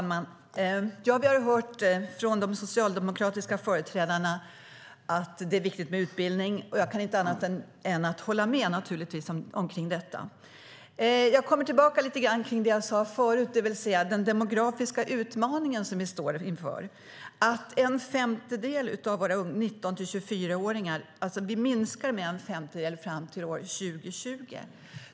Fru talman! Vi har hört från de socialdemokratiska företrädarna att det är viktigt med utbildning. Jag kan naturligtvis inte annat än att hålla med om detta. Jag kommer tillbaka lite grann till det jag nämnde förut, det vill säga den demografiska utmaning som vi står inför. Andelen 19-24-åringar kommer att minska med en femtedel fram till år 2020.